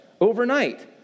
overnight